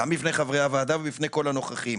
גם בפני חברי הוועדה ובפני כל הנוכחים,